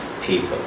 people